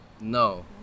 No